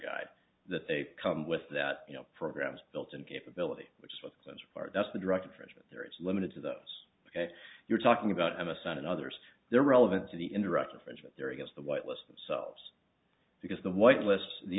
guide that they come with that you know programs built in capability which is what that's part that's the direct infringement there it's limited to those ok you're talking about amazon and others they're relevant to the indirect infringement there against the white list themselves because the white lists the